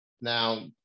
Now